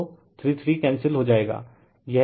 तो 3 3 कैंसिल हो जाएगा यह R VL2VL2 होगा